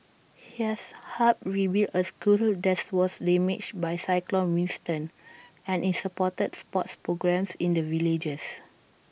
he has hap rebuild A school that was damaged by cyclone Winston and is supported sports programmes in the villages